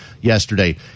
yesterday